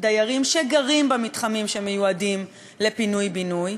דיירים שגרים במתחמים שמיועדים לפינוי-בינוי,